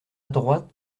droite